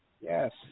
Yes